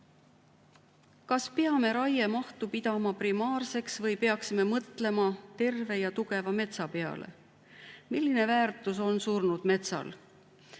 Kas peame raiemahtu pidama primaarseks või peaksime mõtlema terve ja tugeva metsa peale? Milline väärtus on surnud metsal?